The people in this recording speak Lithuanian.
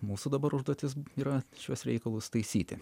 mūsų dabar užduotis yra šiuos reikalus taisyti